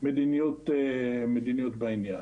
מדיניות בעניין.